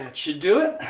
and should do